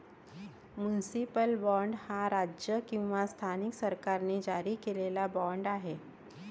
municipal bond हा राज्य किंवा स्थानिक सरकारांनी जारी केलेला बाँड आहे